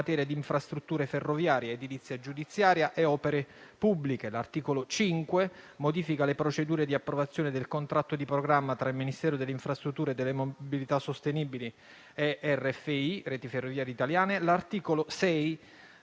di infrastrutture ferroviarie, edilizia giudiziaria e opere pubbliche. L'articolo 5 modifica le procedure di approvazione del contratto di programma tra il Ministero delle infrastrutture e della mobilità sostenibili e RFI (Rete ferroviaria italiana). L'articolo 6